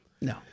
no